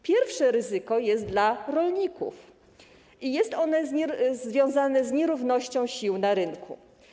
Pierwsze ryzyko jest dla rolników i jest ono związane z nierównością sił na rynku.